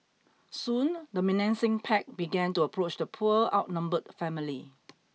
soon the menacing pack began to approach the poor outnumbered family